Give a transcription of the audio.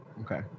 Okay